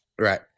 Right